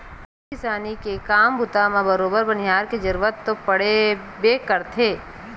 खेती किसानी के काम बूता म बरोबर बनिहार के जरुरत तो पड़बे करथे